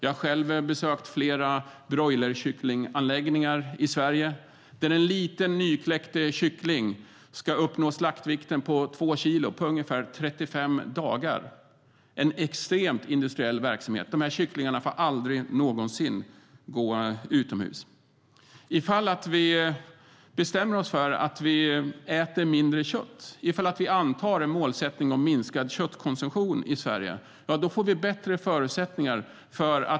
Jag har själv besökt flera broilerkycklinganläggningar i Sverige. Där ska en liten nykläckt kyckling uppnå slaktvikten på två kilo på ungefär 35 dagar. Det är en extremt industriell verksamhet.